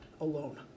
alone